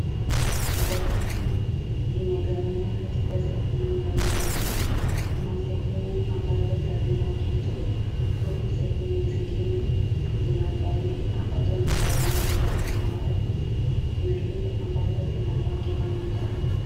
Kabati hii imegawanywa katika sehemu mbalimbali. Kuna sehemu ambazo hazina kitu, huku sehemu zingine zina faili ambazo ni za rangi ya samawati. Kuna lile ambalo lina rangi ya manjano.